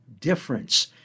difference